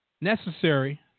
necessary